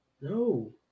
no